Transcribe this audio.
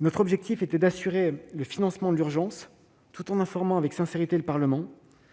Notre objectif était d'assurer le financement de l'urgence, tout en informant avec sincérité le Parlement.